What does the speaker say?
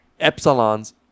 Epsilons